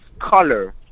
color